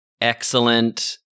excellent